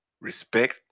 respect